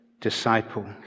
disciple